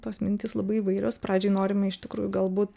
tos mintys labai įvairios pradžioj norime iš tikrųjų galbūt